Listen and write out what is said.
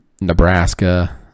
Nebraska